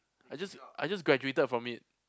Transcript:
I just I just graduated from it